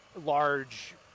large